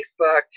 Facebook